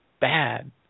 bad